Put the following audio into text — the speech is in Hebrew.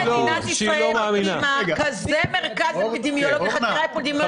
אז בשביל מה מדינת ישראל מקימה כזה מרכז לחקירות אפידמיולוגיות